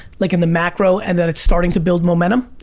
like in the macro and that it's starting to build momentum?